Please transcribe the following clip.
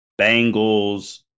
Bengals